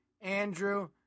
Andrew